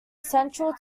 central